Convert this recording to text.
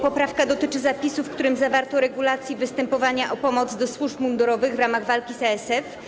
Poprawka dotyczy zapisu, w którym zawarto regulacje dotyczące występowania o pomoc do służb mundurowych w ramach walki z ASF.